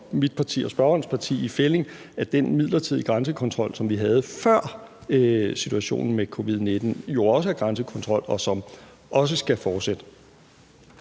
– mit parti og spørgerens parti i fællig – at den midlertidige grænsekontrol, som vi havde før situationen med covid-19, også er grænsekontrol, og at den også skal fortsætte.